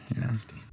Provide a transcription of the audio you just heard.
Nasty